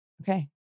okay